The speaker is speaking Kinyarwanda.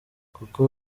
kuko